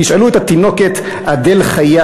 תשאלו את התינוקת אדל חיה,